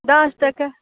दस टके